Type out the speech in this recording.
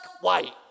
White